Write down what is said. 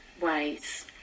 ways